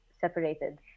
separated